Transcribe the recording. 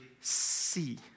see